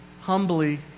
humbly